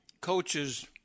coaches